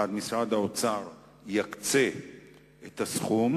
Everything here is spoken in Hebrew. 1. משרד האוצר יקצה את הסכום.